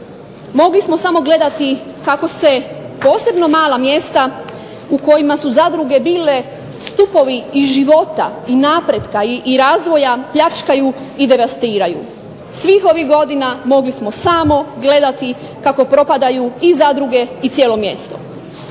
mogli smo samo gledati kako se posebno mala mjesta u kojima su zadruge bile stupovi i života, i napretka i razvoja pljačkaju i devastiraju. Svih ovih godina mogli smo samo gledati kako propadaju i zadruge i cijelo mjesto.